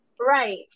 Right